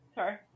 Sorry